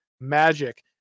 magic